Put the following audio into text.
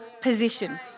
position